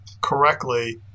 correctly